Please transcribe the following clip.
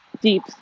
deep